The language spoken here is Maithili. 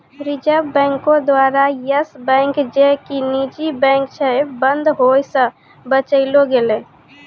रिजर्व बैंको द्वारा यस बैंक जे कि निजी बैंक छै, बंद होय से बचैलो गेलै